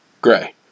Gray